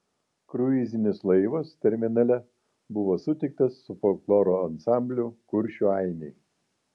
kruizinis laivas terminale buvo sutiktas su folkloro ansambliu kuršių ainiai